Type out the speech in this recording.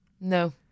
No